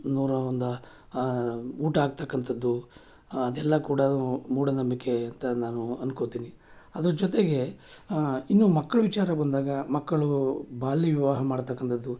ನೂರಾ ಒಂದು ಊಟ ಹಾಕ್ತಕ್ಕಂಥದ್ದು ಅದೆಲ್ಲ ಕೂಡ ಮೂಢನಂಬಿಕೆ ಅಂತ ನಾನು ಅಂದ್ಕೊಳ್ತೀನಿ ಅದ್ರ ಜೊತೆಗೆ ಇನ್ನೂ ಮಕ್ಳ ವಿಚಾರ ಬಂದಾಗ ಮಕ್ಕಳು ಬಾಲ್ಯ ವಿವಾಹ ಮಾಡತಕ್ಕಂಥದ್ದು